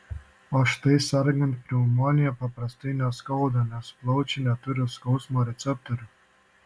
o štai sergant pneumonija paprastai neskauda nes plaučiai neturi skausmo receptorių